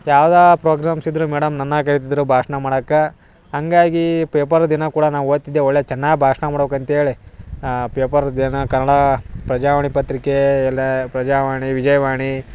ಯಾವ್ದೇ ಪ್ರೋಗ್ರಾಮ್ಸ್ ಇದ್ದರೂ ಮೇಡಮ್ ನನ್ನ ಕರಿತಿದ್ದರು ಭಾಷಣ ಮಾಡಕ್ಕೆ ಹಂಗಾಗಿ ಪೇಪರ್ ದಿನ ಕೂಡ ನಾ ಓದ್ತಿದ್ದೆ ಒಳ್ಳೆಯ ಚೆನ್ನಾಗಿ ಭಾಷಣ ಮಾಡೋಕೆ ಅಂತೇಳಿ ಪೇಪರ್ ದಿನ ಕನ್ನಡ ಪ್ರಜಾವಾಣಿ ಪತ್ರಿಕೆ ಎಲ್ಲ ಪ್ರಜಾವಾಣಿ ವಿಜಯವಾಣಿ